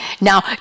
now